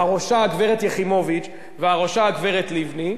הרֹאשה הגברת יחימוביץ והרֹאשה הגברת לבני,